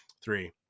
three